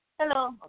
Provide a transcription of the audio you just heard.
hello